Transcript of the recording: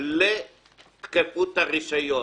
לתקפות הרישיון.